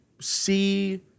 see